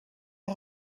est